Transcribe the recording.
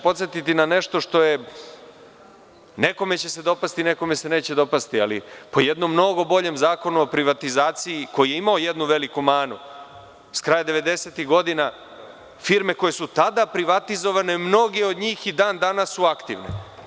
Podsetiću na nešto što će se nekome dopasti, nekome se neće dopasti, ali u jednom mnogo boljem Zakonu o privatizaciji, koji je imao jednu veliku manu, s kraja devedesetih godina firme koje su tada privatizovane, mnoge od njih i dan danas su aktivne.